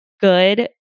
good